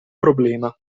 problema